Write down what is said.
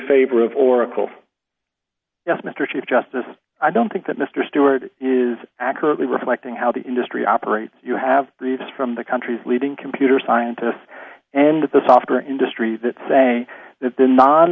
favor of oracle yes mr chief justice i don't think that mr stewart is accurately reflecting how the industry operates you have these from the country's leading computer scientists and the software industry that say that the n